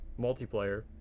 Multiplayer